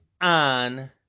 on